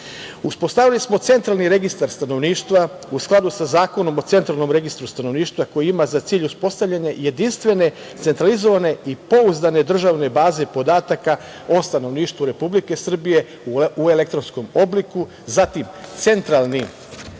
prizna. Uspostavili smo Centralni registar stanovništva u skladu sa Zakonom o Centralnom registru stanovništva koji ima za cilj uspostavljanje jedinstvene, centralizovane i pouzdane državne baze podataka o stanovništvu Republike Srbije u elektronskom obliku, zatim Centralni